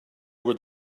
over